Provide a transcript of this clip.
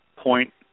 point